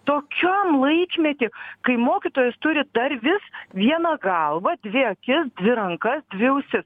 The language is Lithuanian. tokiam laikmety kai mokytojas turi dar vis vieną galvą dvi akis dvi rankas dvi ausis